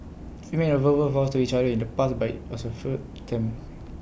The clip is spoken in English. we made A verbal vows to each other in the past but IT was A foot attempt